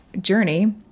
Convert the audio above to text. journey